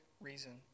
reason